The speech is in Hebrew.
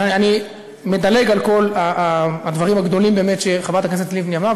אני מדלג על כל הדברים הגדולים באמת שחברת הכנסת לבני אמרה,